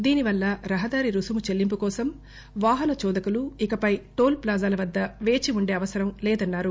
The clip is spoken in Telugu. దీనివల్ల రహదారి రుసుము చెల్లింపు కోసం వాహన చోదకులు ఇకపై టోల్ ప్లాజాల వద్ద పేచి ఉండే అవసరం లేదన్నారు